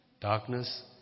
Darkness